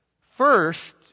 first